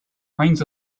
rings